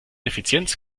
effizienz